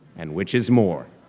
and which is more,